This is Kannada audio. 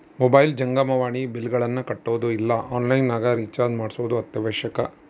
ಮೊಬೈಲ್ ಜಂಗಮವಾಣಿ ಬಿಲ್ಲ್ಗಳನ್ನ ಕಟ್ಟೊದು ಇಲ್ಲ ಆನ್ಲೈನ್ ನಗ ರಿಚಾರ್ಜ್ ಮಾಡ್ಸೊದು ಅತ್ಯವಶ್ಯಕ